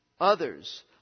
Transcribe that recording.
others